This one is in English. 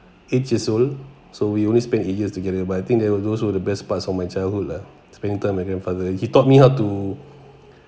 eight years old so we only spent eight years together but I think that was those were the best parts of my childhood lah spend time with grandfather he taught me how to